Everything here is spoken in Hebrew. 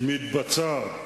הריסה מתבצעת